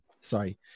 Sorry